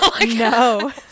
No